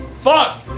Fuck